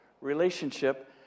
relationship